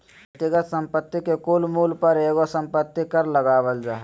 व्यक्तिगत संपत्ति के कुल मूल्य पर एगो संपत्ति कर लगावल जा हय